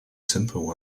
simple